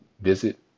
visit